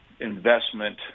investment